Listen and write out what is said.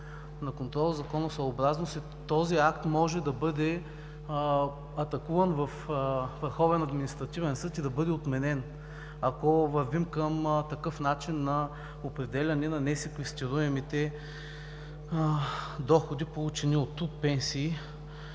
на контрол за законосъобразност. Този акт може да бъде атакуван във Върховен административен съд и да бъде отменен, ако вървим към такъв начин на определяне на несеквестируемите доходи, получени от пенсии.